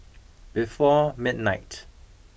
before midnight